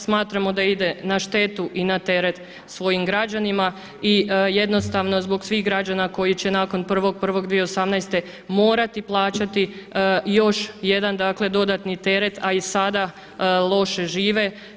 Smatramo da ide na štetu i na teret svojim građanima i jednostavno zbog svih građana koji će nakon 1.1.2018. morati plaćati još jedan dakle dodatni teret, a i sada loše žive.